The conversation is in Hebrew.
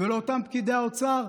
ולאותם פקידי האוצר,